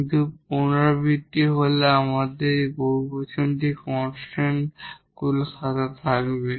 কিন্তু রিপিটেড হলে আমাদের এই পলিনোমিয়ালটি কনস্ট্যান্ট গুলির সাথে থাকবে